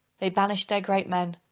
they banished their great men,